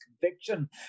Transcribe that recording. conviction